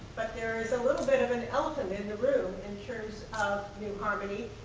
but there is a little bit of an elephant in the room in terms of new harmony,